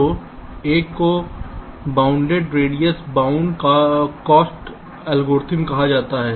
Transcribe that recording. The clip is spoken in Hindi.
तो एक को bounded radius bound cost algorithm कहा जाता है